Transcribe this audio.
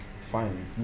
fine